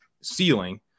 ceiling